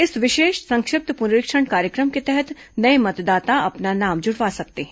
इस विशेष संक्षिप्त पुनरीक्षण कार्यक्रम के तहत नए मतदाता अपना नाम जुड़वा सकते हैं